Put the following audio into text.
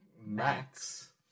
Max